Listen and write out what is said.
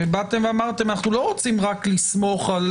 באתם ואמרתם אנחנו לא רוצים רק לסמוך על